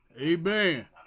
Amen